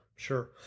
Sure